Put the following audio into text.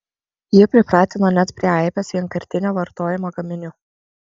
ji pripratino net prie aibės vienkartinio vartojimo gaminių